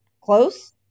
close